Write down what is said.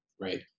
right